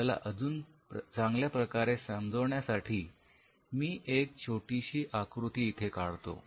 आपल्याला अजून चांगल्या प्रकारे समजण्यासाठी मी एक छोटीशी आकृती इथे काढतो